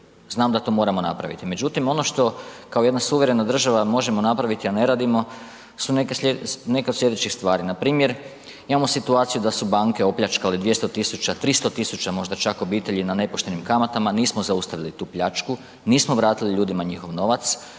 znam da to moramo napraviti. Međutim, ono što kao jedna suverena država možemo napraviti, a ne radimo su neke od slijedećih stvari, npr. imamo situaciju da su banke opljačkale 200 000, 300 000 možda čak obitelji na nepoštenim kamatama, nismo zaustavili tu pljačku, nismo vratili ljudima njihov novac,